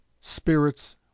SPIRITS